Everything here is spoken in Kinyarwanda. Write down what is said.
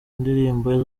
indirimbo